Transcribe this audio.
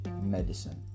medicine